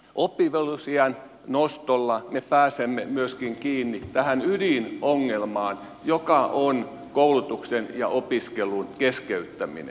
oppivelvollisuusiän nostolla me pääsemme myöskin kiinni tähän ydinongelmaan joka on koulutuksen ja opiskelun keskeyttäminen